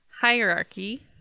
Hierarchy